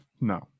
No